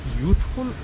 youthful